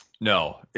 No